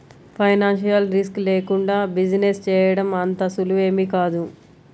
financial risk లేకుండా business చేయడం అంత సులువేమీ కాదు